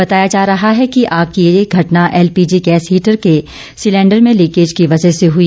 बताया जा रहा है कि आग की ये घटना एलपीजी गैस हीटर के सिलेंडर में लीकेज की वजह से हुई